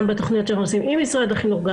גם בתכניות שאנחנו עושים עם משרד החינוך,